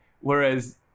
Whereas